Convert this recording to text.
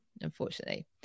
unfortunately